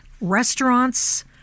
restaurants